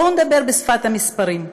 בואו נדבר בשפת המספרים: